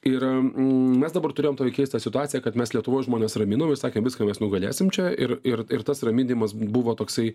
ir mes dabar turėjom tokią keistą situaciją kad mes lietuvoj žmones raminom ir sakėm viską mes nugalėsim čia ir ir ir tas raminimas buvo toksai